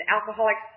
alcoholics